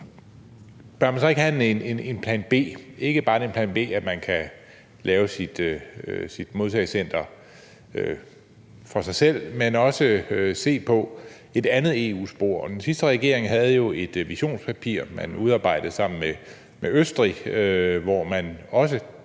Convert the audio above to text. bør man så ikke have en plan B? Ikke bare den plan B, at man kan lave sit modtagecenter for sig selv, men også i forhold til at se på et andet EU-spor. Den sidste regering havde jo et visionspapir, man udarbejdede sammen med Østrig, hvor man også